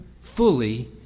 fully